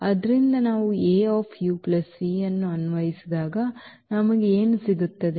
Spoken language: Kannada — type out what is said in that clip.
ಆದ್ದರಿಂದ ನಾವು ಅನ್ನು ಅನ್ವಯಿಸಿದಾಗ ನಮಗೆ ಏನು ಸಿಗುತ್ತದೆ